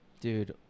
Dude